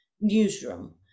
newsroom